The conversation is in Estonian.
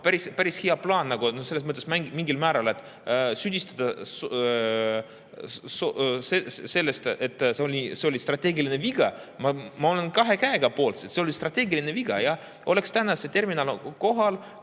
on päris hea plaan. Selles mõttes mingil määral süüdistada selles, et see oli strateegiline viga – ma olen kahe käega poolt, et see oli strateegiline viga. Oleks täna see terminal kohal,